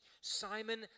Simon